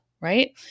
right